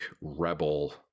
rebel